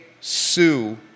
sue